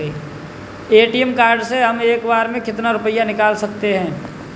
ATM card से हम एक बार में कितना रुपया निकाल सकते हैं?